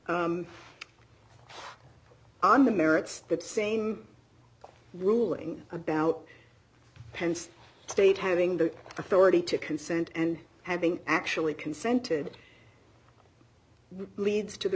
t on the merits that same ruling about pence state having the authority to consent and having actually consented leads to the